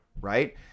right